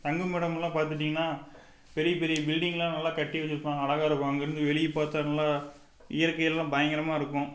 தங்கும் இடமெல்லாம் பார்த்துட்டீங்கனா பெரிய பெரிய பில்டிங்லாம் நல்லா கட்டி வச்சுருப்பாங்க அழகாருக்கும் அங்கேருந்து வெளியே பார்த்தா நல்லா இயற்கை எல்லாம் பயங்கரமாக இருக்கும்